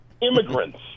Immigrants